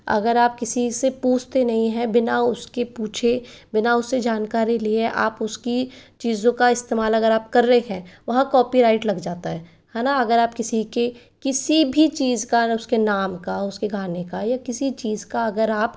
अगर आप किसी से पूछते नहीं हैं बिना उस के पूछे बिना उस से जानकारी लिए आप उस की चीज़ों का इस्तेमाल अगर आप कर रहे हैं वहाँ कोपीराइट लग जाता है है ना अगर आप किसी की किसी भी चीज़ का अगर उस के नाम का उस के गाने का या किसी चीज़ का अगर आप